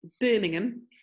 Birmingham